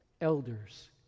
Elders